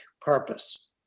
purpose